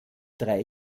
drei